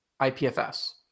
IPFS